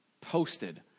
posted